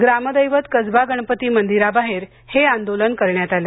ग्रामदैवत कसबा गणपती मंदिराबाहेर हे आंदोलन करण्यात आले